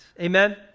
amen